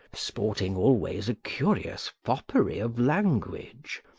sporting always a curious foppery of language,